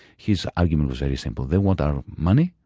his argument was very simple they want our money.